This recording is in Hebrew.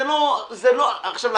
אני